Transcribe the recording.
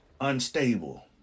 unstable